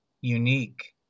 unique